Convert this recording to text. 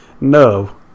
no